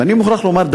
אני מוכרח לומר,